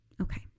Okay